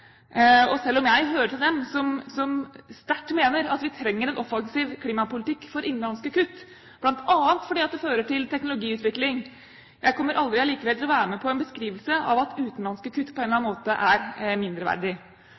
Og selv om jeg hører til dem som sterkt mener at vi trenger en offensiv klimapolitikk for innenlandske kutt, bl.a. fordi det fører til teknologiutvikling, kommer jeg likevel aldri til å være med på en beskrivelse av at utenlandske kutt på en eller annen måte er mindreverdig.